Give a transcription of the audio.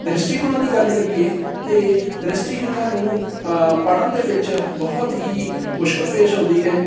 ਦ੍ਰਿਸ਼ਟੀਹੀਣਾਂ ਦੀ ਗੱਲ ਕਰੀਏ ਤਾਂ ਦ੍ਰਿਸ਼ਟੀਹੀਣਾਂ ਨੂੰ ਪੜ੍ਹਨ ਦੇ ਵਿੱਚ ਬਹੁਤ ਹੀ ਮੁਸ਼ਕਲ ਪੇਸ਼ ਆਉਂਦੀ ਹੈ